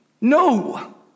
No